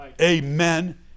Amen